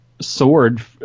sword